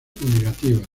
negativas